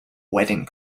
wedding